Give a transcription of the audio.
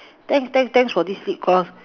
thanks thanks thanks for this lip gloss